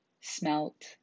smelt